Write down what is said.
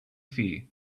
fear